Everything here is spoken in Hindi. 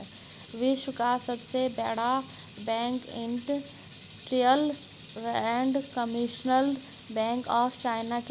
विश्व का सबसे बड़ा bank industrial and commercial bank of China है